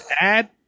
add